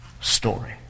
story